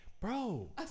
bro